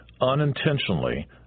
unintentionally